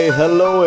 hello